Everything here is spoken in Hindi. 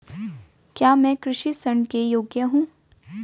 क्या मैं कृषि ऋण के योग्य हूँ?